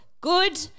good